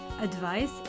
advice